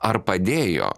ar padėjo